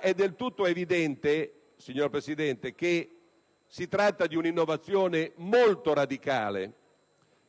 È del tutto evidente, signor Presidente, che si tratta di una innovazione molto radicale